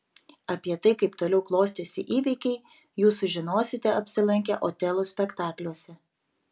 apie tai kaip toliau klostėsi įvykiai jūs sužinosite apsilankę otelo spektakliuose